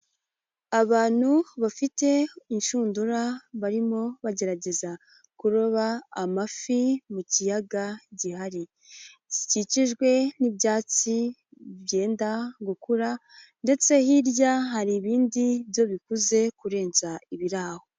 Abantu bafite inshundura barimo bagerageza kuroba amafi mu kiyaga gihari, gikikijwe n'ibyatsi byenda gukura ndetse hirya hari ibindi byo bikuze kurenza ibiri aho.